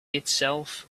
itself